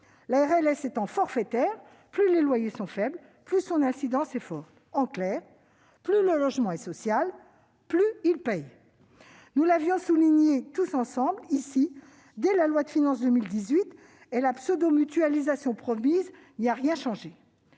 La RLS étant forfaitaire, plus les loyers sont faibles, plus son incidence est forte. En clair, plus le logement est social, plus il paie. Nous l'avions souligné tous ensemble, ici même, dès la loi de finances pour 2018, et la pseudo-mutualisation promise n'y a rien changé.